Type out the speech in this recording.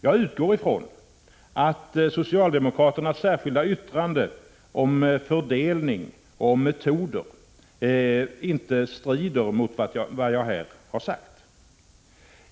Jag utgår ifrån att socialdemokraternas särskilda yttrande om fördelning och om metoder inte strider mot vad jag här har sagt.